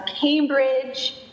Cambridge